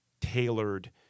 tailored